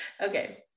okay